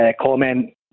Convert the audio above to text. comment